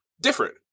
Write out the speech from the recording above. different